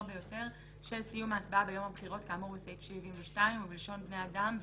ביותר של סיום ההצבעה ביום הבחירות כאמור בסעיף 72. ובלשון בני אדם: